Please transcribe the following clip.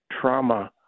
trauma